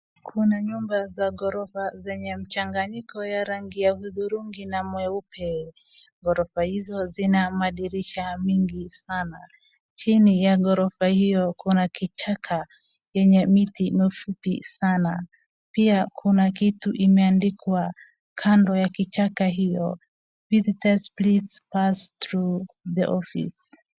Kuna nyumba za ghorofa zenye mchanganyiko ya rangi ya hudhurungi na mweupe, ghorofa hizo zina madirisha mengi sana. Chini ya ghorofa hiyo kuna kichaka yenye miti mifupi sana pia kuna kitu imeandikwa kando ya kichaka hiyo visitors please pass through the office .